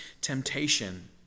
temptation